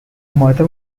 mother